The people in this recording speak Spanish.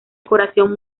decoración